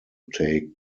take